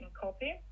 copy